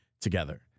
together